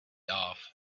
off